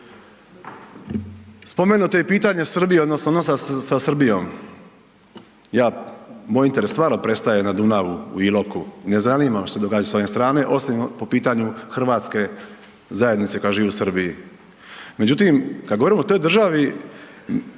Spomenuto je i pitanje Srbije odnosno odnosa sa Srbijom. Moj interes stvarno prestaje na Dunavu u Iloku, ne zanima me što se događa s one strane osim po pitanju hrvatske zajednice koja živi u Srbiji. Međutim kad govorimo o toj državi,